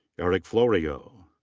eric florio.